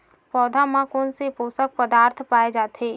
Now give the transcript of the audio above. पौधा मा कोन से पोषक पदार्थ पाए जाथे?